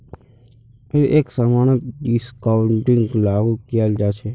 हर एक समानत डिस्काउंटिंगक लागू कियाल जा छ